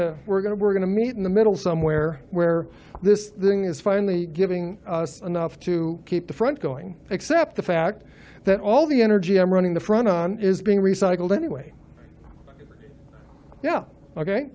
to we're going to we're going to meet in the middle somewhere where this thing is finally giving us enough to keep the front going except the fact that all the energy i'm running the front on is being recycled anyway yeah ok